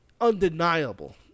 undeniable